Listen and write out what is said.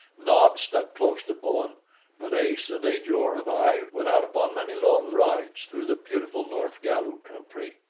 nobs stuck close to bowen but ace and ajor and i went out upon many long rides through the beautiful north galu country.